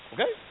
Okay